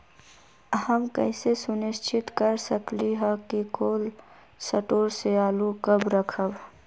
हम कैसे सुनिश्चित कर सकली ह कि कोल शटोर से आलू कब रखब?